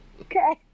Okay